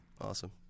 Awesome